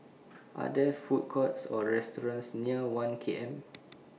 Are There Food Courts Or restaurants near one K M